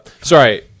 Sorry